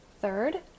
Third